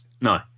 no